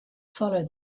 follow